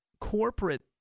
corporate